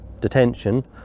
detention